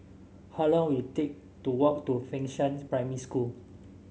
how long will it take to walk to Fengshan Primary School